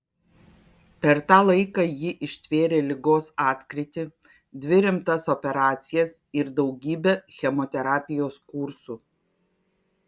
per tą laiką ji ištvėrė ligos atkrytį dvi rimtas operacijas ir daugybę chemoterapijos kursų